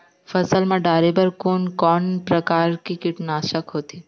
फसल मा डारेबर कोन कौन प्रकार के कीटनाशक होथे?